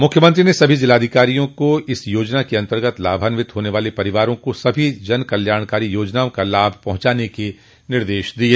मुख्यमंत्री ने सभी जिलाधिकारियों को इस योजना के अन्तर्गत लाभान्वित होने वाले परिवारों का सभी जन कल्याणकारी योजनाओं का लाभ पहुंचाने के निर्देश दिये